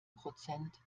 prozent